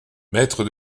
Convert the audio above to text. maître